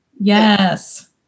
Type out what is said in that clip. Yes